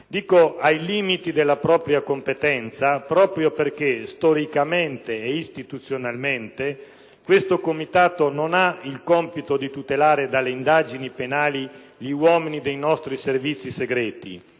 Dico ai limiti della propria competenza proprio perché, storicamente e istituzionalmente, questo Comitato non ha il compito di tutelare dalle indagini penali gli uomini dei nostri Servizi segreti,